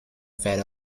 fed